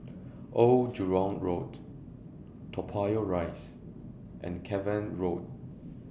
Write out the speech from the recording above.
Old Jurong Road Toa Payoh Rise and Cavan Road